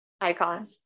Icon